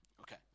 Okay